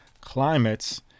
climates